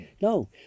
no